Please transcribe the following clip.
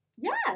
Yes